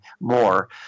more